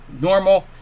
normal